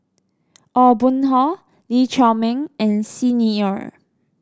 Aw Boon Haw Lee Chiaw Meng and Xi Ni Er